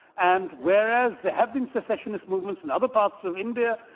and, whereas, there have been secessionist movements in other parts of india,